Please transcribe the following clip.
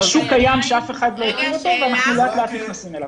זה שוק קיים שאף אחד לא הכיר אותו ולאט לאט אנחנו נכנסים אליו.